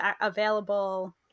available